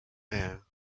mare